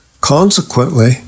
Consequently